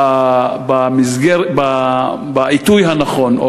בעיתוי הנכון,